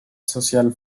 social